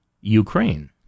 Ukraine